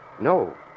No